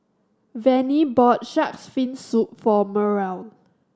Vannie bought Shark's Fin Soup for Merl